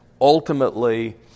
ultimately